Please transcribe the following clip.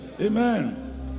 Amen